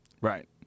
right